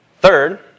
Third